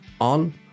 on